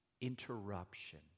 interruption